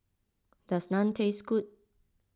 does Naan taste good